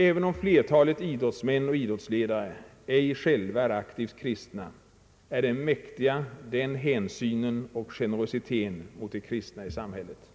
Även om flertalet idrottsmän och idrottsledare ej själva är aktivt kristna är de mäktiga den hänsynen och generositeten mot de kristna i samhället.